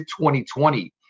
2020